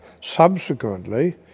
Subsequently